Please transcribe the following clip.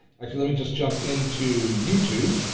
actually, let me just jump into youtube.